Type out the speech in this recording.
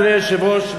אדוני היושב-ראש,